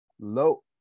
low